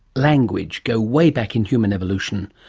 language, go way back in human evolution.